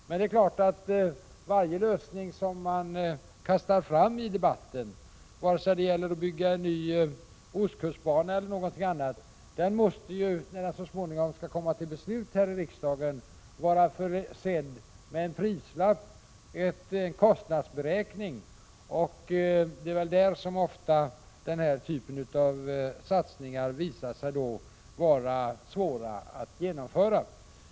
Men varje förslag till lösning som man kastar fram i debatten, vare sig det gäller att bygga en ny ostkustbana eller någonting annat, måste naturligtvis vara försett med en prislapp, dvs. en kostnadsberäkning, för att det så småningom skall kunna bli föremål för beslut här i riksdagen. Det är väl i det avseendet som den här typen av satsningar ofta visar sig svåra att genomföra.